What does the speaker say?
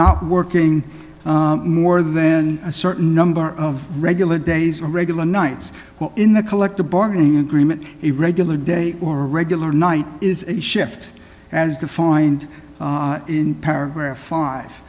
not working more than a certain number of regular days or regular nights in the collective bargaining agreement a regular day or regular night is a shift as defined in paragraph five